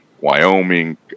Wyoming